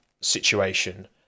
situation